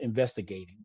investigating